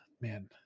man